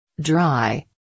dry